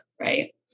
right